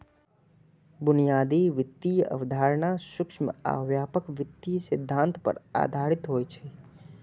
बुनियादी वित्तीय अवधारणा सूक्ष्म आ व्यापक वित्तीय सिद्धांत पर आधारित होइ छै